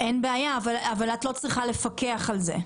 אין בעיה, אבל את לא צריכה לפקח על זה.